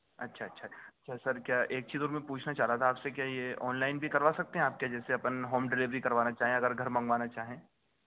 اچھا اچھا اچھا کیا سر کیا ایک چیز اور میں پوچھنا چاہ رہا تھا آپ سے کیا یہ آن لائن بھی کروا سکتے ہیں آپ کے جیسے اپن ہوم ڈلیوری کروانا چاہیں اگر گھر منگوانا چاہیں